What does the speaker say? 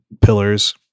pillars